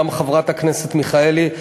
גם חברת הכנסת מיכאלי,